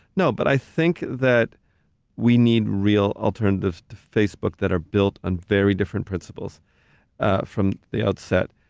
no, but i think that we need real alternatives to facebook that are built on very different principles from the outset,